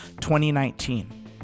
2019